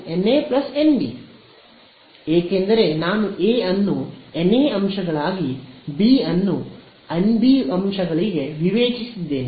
ಏಕೆಂದರೆ ನಾನು ಎ ಅನ್ನು ಎನ್ಎ ಅಂಶಗಳಾಗಿ ಬಿ ಅನ್ನು ಎನ್ ಬಿ ಅಂಶಗಳಿಗೆ ವಿವೇಚಿಸಿದ್ದೇನೆ